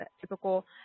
typical